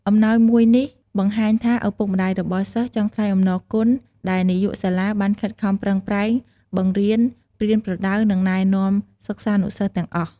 អំណោយមួយនេះបង្ហាញថា ឪពុកម្ដាយរបស់សិស្សចង់ថ្លែងអំណរគុណដែលនាយកសាលាបានខិតខំប្រឹងប្រែង បង្រៀន ប្រៀនប្រដៅ និងណែនាំសិស្សានុសិស្សទាំងអស់។